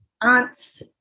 aunts